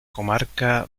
comarca